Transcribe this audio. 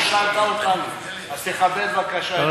כמו שהלהט"בים לא מעניינים אותך.